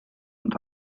und